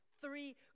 Three